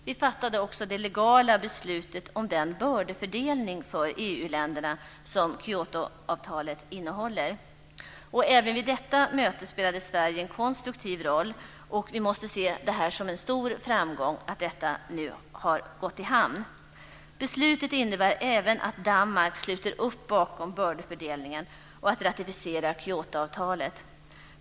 Vi fattade också det legala beslutet om den bördefördelning för EU-länderna som Kyotoavtalet innehåller. Även vid detta möte spelade Sverige en konstruktiv roll. Vi måste se det som en stor framgång att detta nu har gått i hamn. Beslutet innebär även att Danmark sluter upp bakom bördefördelningen och ratificerar Kyotoavtalet.